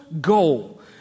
goal